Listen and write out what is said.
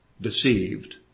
deceived